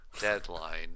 Deadline